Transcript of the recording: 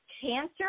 cancer